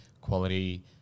quality